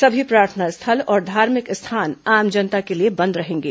सभी प्रार्थना स्थल और धार्मिक स्थान आम जनता के लिए बंद रहेंगे